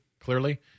clearly